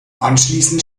anschließend